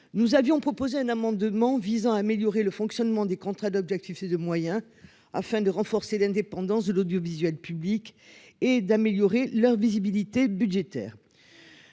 Nous avions proposé un amendement visant à améliorer le fonctionnement des contrats d'objectifs et de moyens afin de renforcer l'indépendance de l'audiovisuel public et d'améliorer leur visibilité budgétaire.